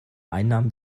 einnahmen